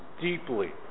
deeply